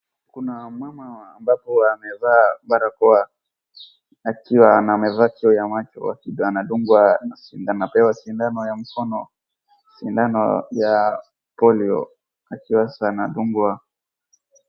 Kuna mama ambapo huwa amevaa barakoa akiwa na amevaa kioo ya macho. Anadungwa na sindano anapewa sindano ya mkono, sindano ya polio akiwa sasa anadungwa.